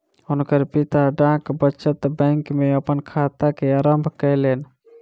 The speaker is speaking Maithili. हुनकर पिता डाक बचत बैंक में अपन खाता के आरम्भ कयलैन